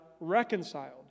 reconciled